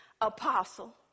apostle